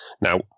Now